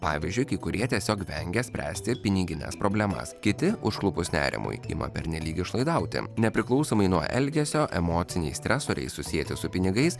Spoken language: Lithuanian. pavyzdžiui kai kurie tiesiog vengia spręsti pinigines problemas kiti užklupus nerimui ima pernelyg išlaidauti nepriklausomai nuo elgesio emociniai stresoriai susieti su pinigais